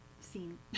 seen